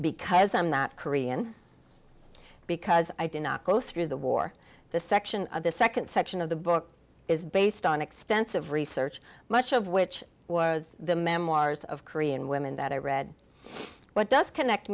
because i'm not korean because i did not go through the war the section of the second section of the book is based on extensive research much of which was the memoirs of korean women that i read what does connect